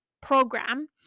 program